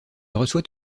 reçoit